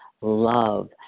love